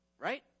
right